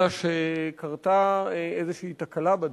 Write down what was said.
אלא שקרתה איזו תקלה בדרך,